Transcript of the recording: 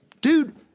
dude